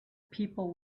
people